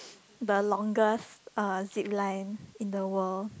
the longest uh zip line in the world